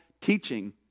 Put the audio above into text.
teaching